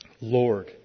Lord